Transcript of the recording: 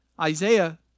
Isaiah